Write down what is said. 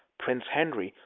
prince henry,